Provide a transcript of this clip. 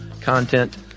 content